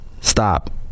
Stop